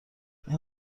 این